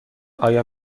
آیا